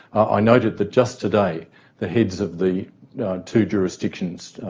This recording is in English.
i noted that just today the heads of the two jurisdictions,